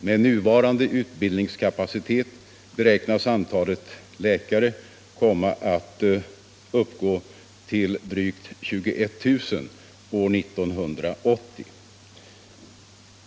Med rådande utbildningskapacitet beräknades antalet läkare komma att uppgå till drygt 21000 år 1980.